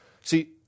See